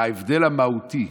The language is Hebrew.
ההבדל המהותי,